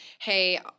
hey